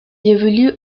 évolue